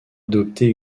adopté